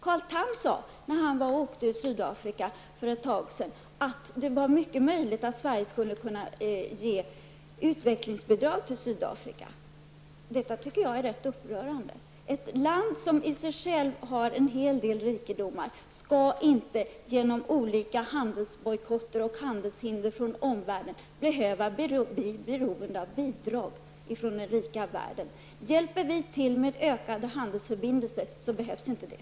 Carl Tamm sade vid en resa i Sydafrika för en tid sedan, att det var mycket möjligt att Sverige skulle kunna komma att ge utvecklingsbidrag till Sydafrika. Detta tycker jag är rätt upprörande. Ett land som i sig självt har en hel del rikedomar skall inte genom olika handelsbojkotter och handelshinder från omvärlden behöva bli beroende av bidrag från den rika världen. Hjälper vi till med ökade handelsförbindelser, så behövs inte det.